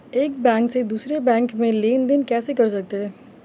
एक बैंक से दूसरे बैंक में लेनदेन कैसे कर सकते हैं?